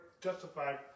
justified